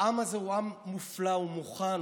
העם הזה הוא עם מופלא, הוא מוכן.